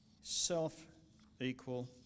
self-equal